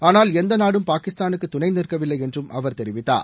ஆனால் எந்த நாடும் பாகிஸ்தானுக்கு துணை நிற்கவில்லை என்றும் அவர் தெரிவித்தார்